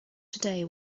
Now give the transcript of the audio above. today